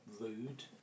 rude